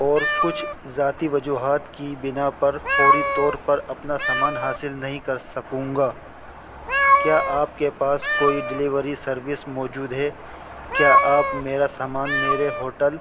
اور کچھ ذاتی وجوہات کی بنا پر فوری طور پر اپنا سامان حاصل نہیں کر سکوں گا کیا آپ کے پاس کوئی ڈلیوری سروس موجود ہے کیا آپ میرا سامان میرے ہوٹل